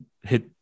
hit